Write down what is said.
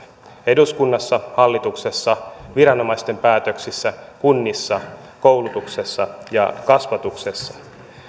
eduskunnassa hallituksessa viranomaisten päätöksissä kunnissa koulutuksessa ja kasvatuksessa